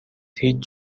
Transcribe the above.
هیچ